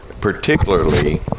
particularly